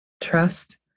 trust